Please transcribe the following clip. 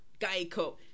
Geico